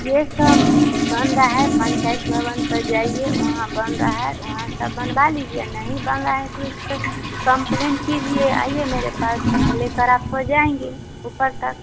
ये सब बंदा है पंचायत भवन पर जाइए वहाँ बंदा है वहाँ से आप बनवा लीजिए आ नहीं बन रहा है तो इस पर कंप्लेन कीजिए आइए मेरे पास हम लेकर आपको जाएँगे ऊपर तक